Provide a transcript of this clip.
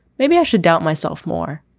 maybe i should doubt myself more.